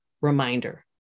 reminder